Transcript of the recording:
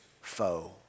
foe